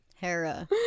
Hera